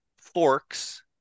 forks